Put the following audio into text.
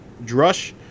drush